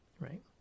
right